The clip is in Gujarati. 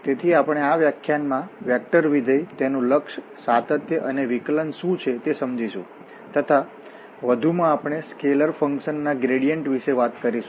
તેથી આપણે આ વ્યાખ્યાનમાં વેક્ટર વિધેય તેનું લક્ષ સાતત્ય અને વિકલન શું છે તે સમજીશું તથા વધુમાં આપણે સ્કેલર ફંકશન ના ગ્રેડિયેન્ટ વિશે વાત કરીશું